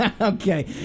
Okay